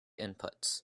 inputs